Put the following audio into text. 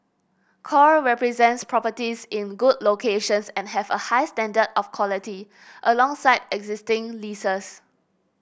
core represents properties in good locations and have a high standard of quality alongside existing leases